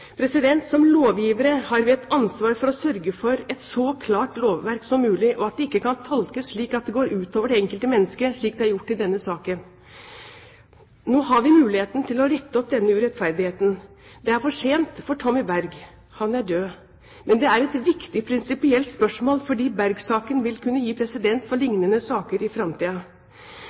Som lovgivere har vi et ansvar for å sørge for et så klart lovverk som mulig, og at det ikke kan tolkes slik at det går ut over det enkelte mennesket, slik det har gjort i denne saken. Nå har vi muligheten til å rette opp denne urettferdigheten. Det er for sent for Tommy Berg, han er død. Men det er et viktig prinsipielt spørsmål fordi Berg-saken vil kunne gi presedens for lignende saker i